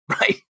Right